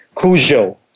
Cujo